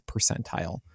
percentile